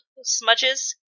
smudges